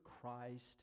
Christ